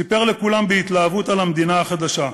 סיפר לכולם בהתלהבות על המדינה החדשה,